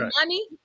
money